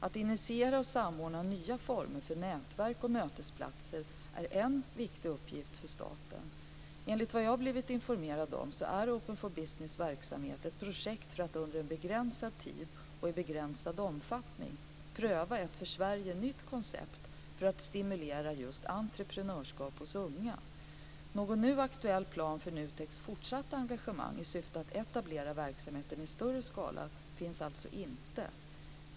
Att initiera och samordna nya former för nätverk och mötesplatser är en viktig uppgift för staten. Enligt vad jag blivit informerad är OFB:s verksamhet ett projekt för att under en begränsad tid och i begränsad omfattning pröva ett för Sverige nytt koncept för att stimulera just entreprenörskap hos unga. Någon nu aktuell plan för NUTEK:s fortsatta engagemang i syfte att etablera verksamheten i större skala finns alltså inte.